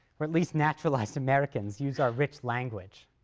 or at least naturalized americans, use our rich language.